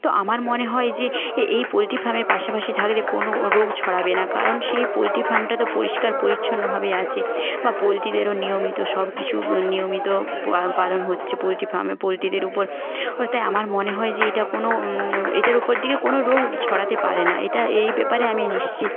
তো আমার মনে হয় যে এই পোলট্রি ফার্মের পাশাপাশি থাকলে কোনও রোগ ছড়াবে না কারণ সেই পোলট্রি ফার্মটা তো পরিষ্কার পরিচ্ছন্নভাবেই আছে বা পোলট্রিদেরও নিয়মিত সবকিছু নিয়মিত পালন হচ্ছে পোলট্রি ফার্মে পোলট্রিদের উপর বলতে আমার মনে হয় যে এটা কোনও এটার উপর থেকে কোনও রোগ ছড়াতে পারে না এটা এ ব্যাপারে আমি নিশ্চিত